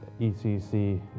ECC